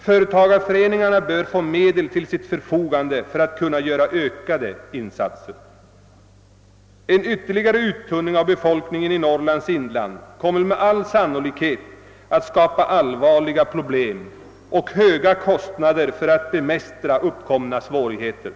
Företagarföreningarna bör få medel till sitt förfogande för att kunna göra ökade insatser. En ytterligare uttunning av befolkningen i Norrlands inland kommer med all sannolikhet att medföra allvarliga problem och höga kostnader för att bemästra uppkomna svårigheter.